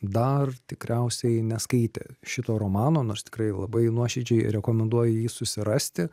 dar tikriausiai neskaitė šito romano nors tikrai labai nuoširdžiai rekomenduoju jį susirasti